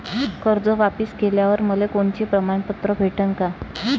कर्ज वापिस केल्यावर मले कोनचे प्रमाणपत्र भेटन का?